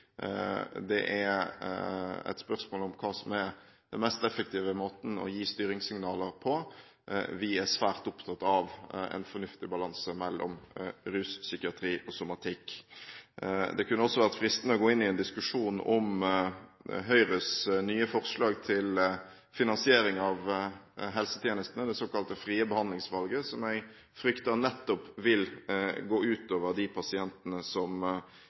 Det er et spørsmål om hva som er den mest effektive måten å gi styringssignaler på. Vi er svært opptatt av en fornuftig balanse mellom rus, psykiatri og somatikk. Det kunne også vært fristende å gå inn i en diskusjon om Høyres nye forslag til finansiering av helsetjenestene, det såkalt frie behandlingsvalget, som jeg frykter nettopp vil gå utover de pasientene som